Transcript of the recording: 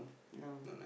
no